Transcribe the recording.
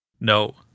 No